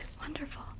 Wonderful